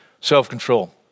self-control